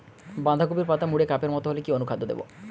বাঁধাকপির পাতা মুড়ে কাপের মতো হলে কি অনুখাদ্য দেবো?